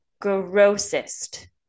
grossest